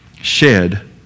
shed